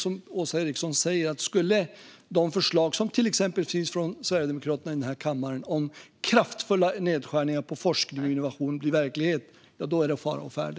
Som Åsa Eriksson säger: Om de förslag som finns från till exempel Sverigedemokraterna i denna kammare om kraftfulla nedskärningar på forskning och innovation skulle bli verklighet är det fara å färde.